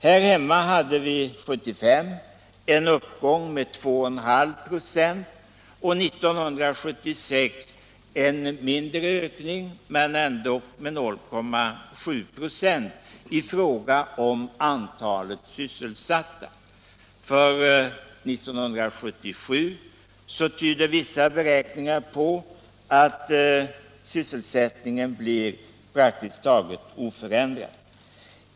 Här hemma hade vi 1975 en uppgång med 2,5 ?6 och även 1976 en mindre ökning, med 0,7 ?6, i fråga om antalet sysselsatta. För 1977 tyder vissa beräkningar på att sysselsättningen i Sverige blir praktiskt taget oförändrad.